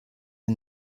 der